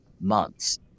months